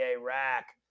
rack